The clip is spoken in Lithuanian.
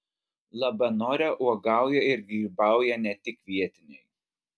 labanore uogauja ir grybauja ne tik vietiniai